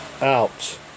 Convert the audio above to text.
out